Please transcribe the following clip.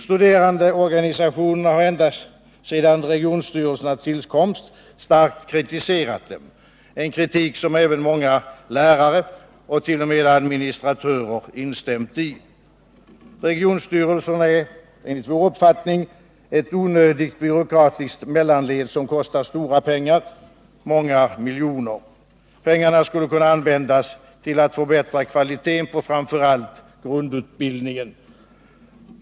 Studerandeorganisationerna har ända sedan regionstyrelsernas tillkomst starkt kritiserat dem, en kritik som även många lärare och t.o.m. administratörer instämt i. Regionstyrelserna är enligt vår uppfattning ett onödigt byråkratiskt mellanled, som kostar stora pengar — många miljoner. Pengarna skulle kunna användas till att förbättra kvaliteten på framför allt grundutbildningen.